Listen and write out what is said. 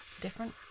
different